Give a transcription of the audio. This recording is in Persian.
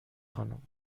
خانم